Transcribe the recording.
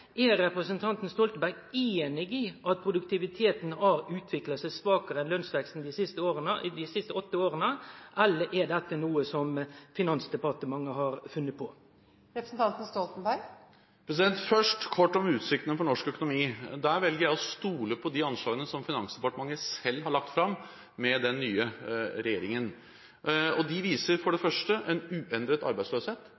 til representanten Jens Stoltenberg er: Er representanten Stoltenberg einig i at produktiviteten har utvikla seg svakare enn lønsveksten dei siste åtte åra, eller er dette noko som Finansdepartementet har funne på? Først kort om utsiktene for norsk økonomi: Der velger jeg å stole på de anslagene som Finansdepartementet selv har lagt fram med den nye regjeringen. De viser for det